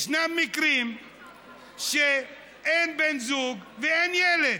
ישנם מקרים שאין בן זוג ואין ילד.